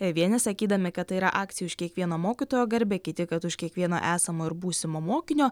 vieni sakydami kad tai yra akcija už kiekvieno mokytojo garbę kiti kad už kiekvieno esamo ir būsimo mokinio